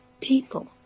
people